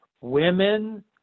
Women